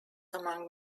among